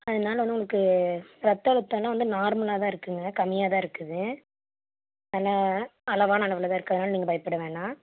அதனால ஒன்றும் உங்களுக்கு ரத்த அழுத்தமெலாம் வந்து நார்மலாகதான் இருக்குதுங்க கம்மியாகதான் இருக்குது அதெலாம் அளவான அளவில் தான் இருக்குது அதனால நீங்கள் பயப்பட வேணாம்